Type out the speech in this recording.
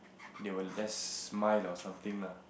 they will just smile or something lah